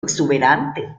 exuberante